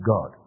God